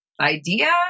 idea